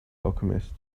alchemist